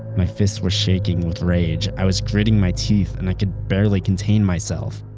my fists were shaking with rage. i was gritting my teeth and i could barely contain myself.